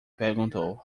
perguntou